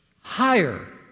higher